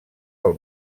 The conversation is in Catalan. del